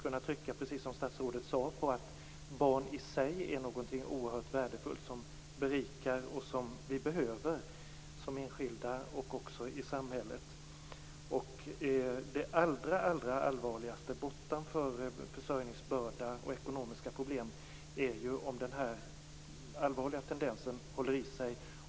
Vi bör precis som statsrådet sade betona att barn i sig är någonting oerhört värdefullt som berikar och som vi behöver som enskilda och också i samhället. Det allra allvarligaste bortom försörjningsbörda och ekonomiska problem är om den allvarliga tendensen håller i sig.